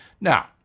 Now